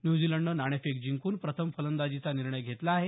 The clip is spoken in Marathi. न्यूझीलंडनं नाणेफेक जिंकून प्रथम फलंदाजीचा निर्णय घेतला आहे